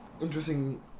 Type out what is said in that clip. interesting